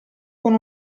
con